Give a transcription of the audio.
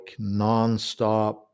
nonstop